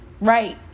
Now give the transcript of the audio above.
right